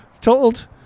told